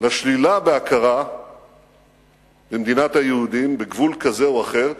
לשלילה של ההכרה במדינת היהודים בגבול כזה או אחר.